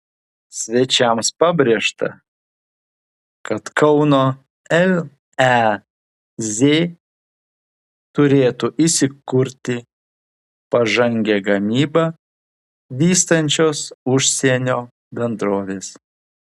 svečiams pabrėžta kad kauno lez turėtų įsikurti pažangią gamybą vystančios užsienio bendrovės